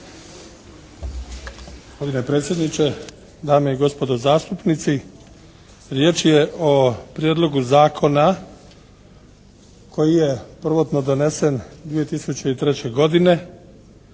predsjedniče, dame i gospodo zastupnici. Riječ je o prijedlogu zakona koji je prvotno donesen 2003. godine.